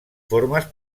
formes